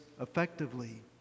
effectively